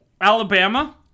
alabama